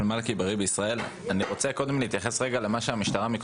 אני רוצה קודם להתייחס רגע למה שהמשטרה אמרה